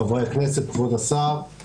חברי הכנסת, כבוד השר,